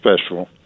special